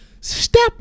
Step